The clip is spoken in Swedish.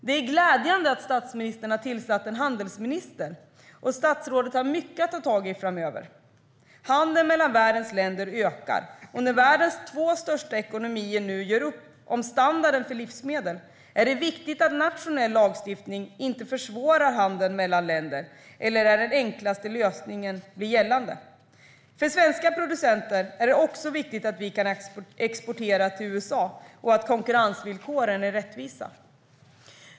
Det är glädjande att statsministern har tillsatt en handelsminister, och statsrådet har mycket att ta tag i framöver. Handeln mellan världens länder ökar, och när världens två största ekonomier nu gör upp om standarden för livsmedel är det viktigt att nationell lagstiftning inte försvårar handeln mellan länderna eller att den enklaste lösningen blir gällande. För svenska producenter är det också viktigt att vi kan exportera till USA och att konkurrensvillkoren är rättvisa.